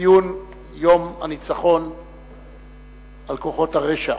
לציון יום הניצחון על כוחות הרשע.